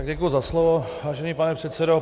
Děkuji za slovo, vážený pane předsedo.